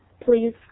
please